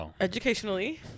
educationally